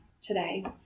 today